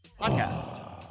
Podcast